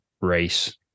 race